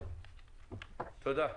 תודה.